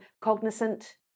cognizant